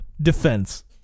defense